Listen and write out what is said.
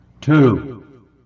two